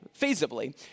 feasibly